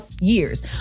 years